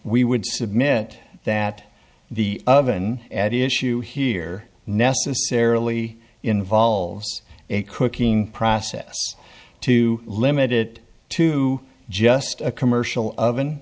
we would submit that the oven at issue here necessarily involves a cooking process to limit it to just a commercial oven